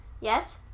Yes